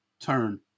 turn